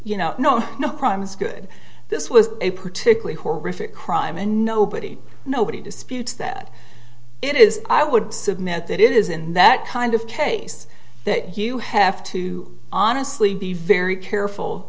you know no no problem is good this was a particularly horrific crime and nobody nobody disputes that it is i would submit that it is in that kind of case that you have to honestly be very careful